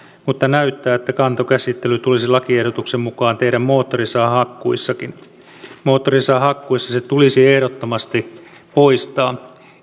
mutta näyttää että kantokäsittely tulisi lakiehdotuksen mukaan tehdä moottorisahahakkuissakin moottorisahahakkuissa se tulisi ehdottomasti poistaa